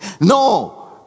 No